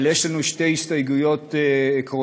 אבל יש לנו שתי הסתייגויות עקרוניות,